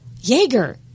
jaeger